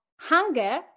hunger